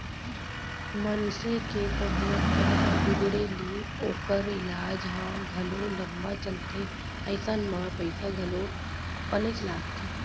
मनसे के तबीयत जादा बिगड़े ले ओकर ईलाज ह घलौ लंबा चलथे अइसन म पइसा घलौ बनेच लागथे